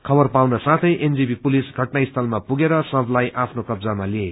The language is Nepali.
खबर पाउन साथै एनजेपी पुलिस घटनास्थलमा पुगेर शवलाई आफ्नो कब्जामा लिए